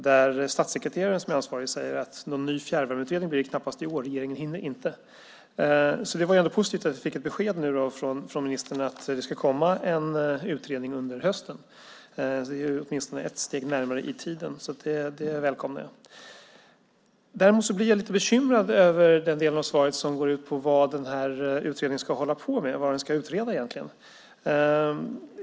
Där säger ansvarig statssekreterare att det knappast blir någon ny fjärrvärmeutredning i år. Regeringen hinner inte. Det var positivt att vi fick ett besked från ministern om att det ska komma en utredning under hösten. Det är åtminstone ett steg närmare i tiden. Det välkomnar jag. Däremot blir jag lite bekymrad över den del av svaret som går ut på vad utredningen ska hålla på med och vad den egentligen ska utreda.